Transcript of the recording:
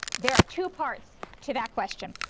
there are two parts to that question.